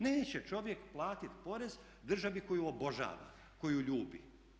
Neće čovjek platiti porez državi koju obožava, koju ljubi.